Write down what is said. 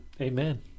Amen